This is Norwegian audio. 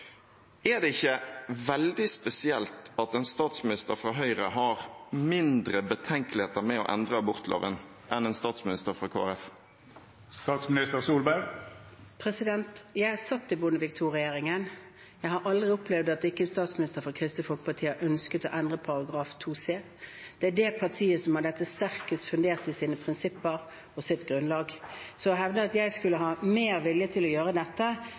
Er det ikke veldig spesielt at en statsminister fra Høyre har mindre betenkeligheter med å endre abortloven enn en statsminister fra Kristelig Folkeparti? Jeg satt i Bondevik II-regjeringen. Jeg har aldri opplevd at ikke en statsminister fra Kristelig Folkeparti har ønsket å endre § 2c. Det er det partiet som har dette sterkest fundert i sine prinsipper og sitt grunnlag. Så å hevde at jeg skulle ha større vilje til å gjøre